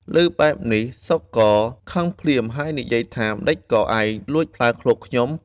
ឮបែបនេះ សុខក៏ខឹងភ្លាម ហើយនិយាយថា “ម្តេចក៏ឯងលួចផ្លែឃ្លោកខ្ញុំ?”។